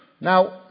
Now